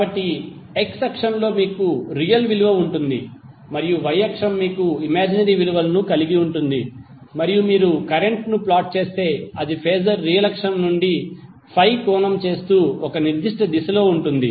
కాబట్టి x అక్షంలో మీకు రియల్ విలువ ఉంటుంది మరియు y అక్షం మీకు ఇమాజినరీ విలువను కలిగి ఉంటుంది మరియు మీరు కరెంట్ ప్లాట్ చేస్తే అది ఫేజర్ రియల్ అక్షం నుండి ∅ కోణం చేస్తూ ఒక నిర్దిష్ట దిశలో ఉంటుంది